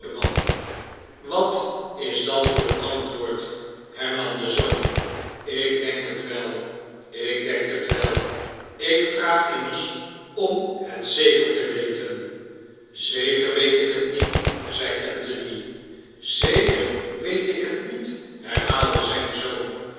rieiwat is dat voor een antwoord hernam de zoon ik denk het wel ik denk het wel ik vraag immers om het zeker te weten zeker weet ik het niet zei anthony zeker weet ik het niet herhaalde zijn zoon